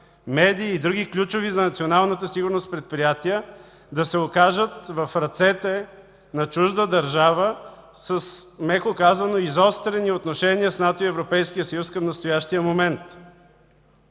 медии и други ключови за националната сигурност предприятия да се окажат в ръцете на чужда държава с, меко казано, изострени отношения с НАТО и Европейския съюз към настоящия момент.